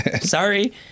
Sorry